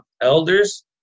elders